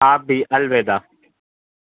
آپ بھی الوداع